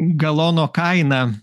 galono kaina